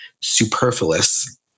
superfluous